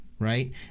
Right